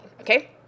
Okay